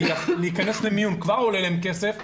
כי להיכנס למיון כבר עולה להן כסף,